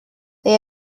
they